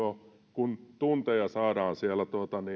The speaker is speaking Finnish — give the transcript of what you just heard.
kuin tunteja saadaan siellä